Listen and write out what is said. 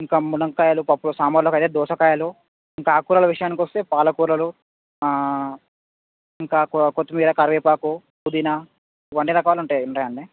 ఇంకా మునక్కాయలు పప్పు సాంబార్లోకి అదే దోసకాయలు ఇంకా ఆకుకూరల విషయానికి వస్తే పాలకూరలు ఇంకా కొత్తిమీర కరివేపాకు పుదీనా ఇవన్నీ రకాలు ఉంటా ఉంటాయి అండి